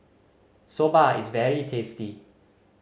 soba is very tasty